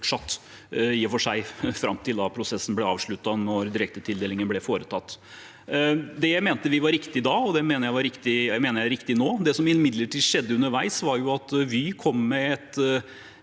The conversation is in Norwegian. fram til prosessen ble avsluttet da direktetildelingen ble foretatt. Det mente vi var riktig da, og det mener jeg er riktig nå. Det som imidlertid